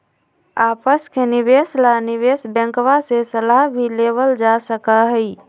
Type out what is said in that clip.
आपस के निवेश ला निवेश बैंकवा से सलाह भी लेवल जा सका हई